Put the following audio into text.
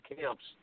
camps